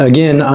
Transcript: Again